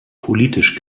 politisch